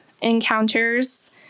encounters